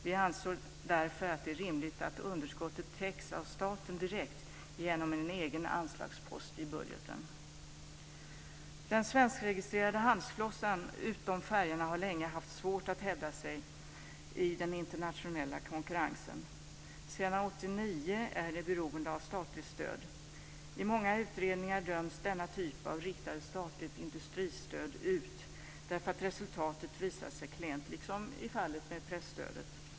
Vi anser därför att det är rimligt att underskottet täcks av staten direkt genom en egen anslagspost i budgeten. Den svenskregistrerade handelsflottan, utom färjorna, har länge haft svårt att hävda sig i den internationella konkurrensen. Sedan 1989 är den beroende av statligt stöd. I många utredningar döms denna typ av riktat statligt industristöd ut därför att resultatet visat sig klent, liksom i fallet med presstödet.